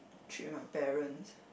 trip with my parents